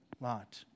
lot